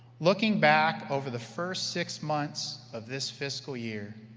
looking back over the first six months of this fiscal year,